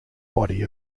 body